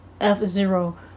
F-Zero